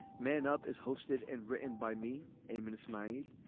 man up is hosted and written by me a minute's mind.